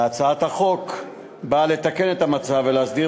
והצעת החוק באה לתקן את המצב ולהסדיר